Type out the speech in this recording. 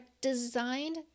designed